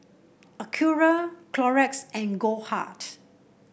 Acura Clorox and Goldheart